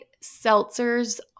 Seltzer's